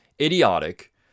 idiotic